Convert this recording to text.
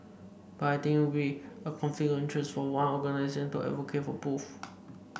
but I think it would be a conflict of interest for one organisation to advocate for both